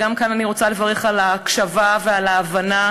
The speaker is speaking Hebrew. וגם כאן אני רוצה לברך על ההקשבה ועל ההבנה,